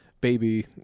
baby